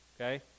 Okay